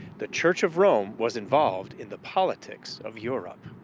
the church of rome was involved in the politics of europe.